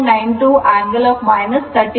92 angle 30